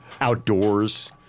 outdoors